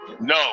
No